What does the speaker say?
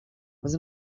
was